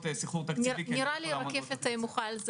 נראה לי שרקפת מוחה על זה